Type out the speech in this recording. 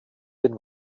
den